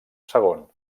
segons